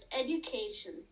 education